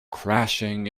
crashing